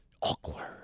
Awkward